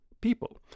people